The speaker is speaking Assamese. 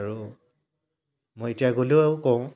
আৰু মই এতিয়া গ'লেও কওঁ